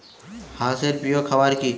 হাঁস এর প্রিয় খাবার কি?